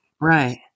right